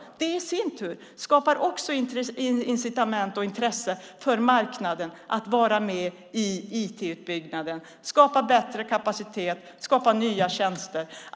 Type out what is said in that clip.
Det i sin tur skapar också incitament och intresse för marknaden att vara med i IT-utbyggnaden, skapa bättre kapacitet och skapa nya tjänster.